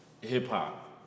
Hip-hop